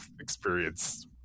experience